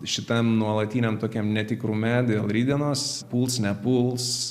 šitam nuolatiniam tokiam netikrume dėl rytdienos puls nepuls